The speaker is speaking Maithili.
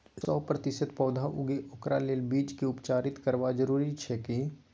सौ प्रतिसत पौधा उगे ओकरा लेल बीज के उपचारित करबा जरूरी अछि की?